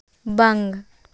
ᱵᱟᱝ